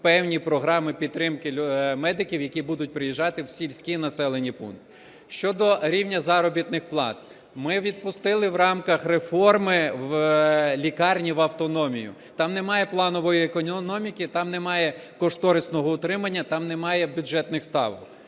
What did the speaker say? певні програми підтримки медиків, які будуть приїжджати в сільські населені пункти. Щодо рівня заробітних плат. Ми відпустили в рамках реформи лікарні в автономію. Там немає планової економіки, там немає кошторисного утримання, там немає бюджетних ставок.